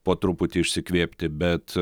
po truputį išsikvėpti bet